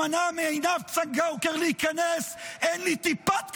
שמנעה מעינב צנגאוקר להיכנס, אין לי טיפת כבוד,